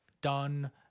done